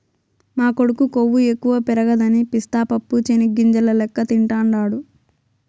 మా కొడుకు కొవ్వు ఎక్కువ పెరగదని పిస్తా పప్పు చెనిగ్గింజల లెక్క తింటాండాడు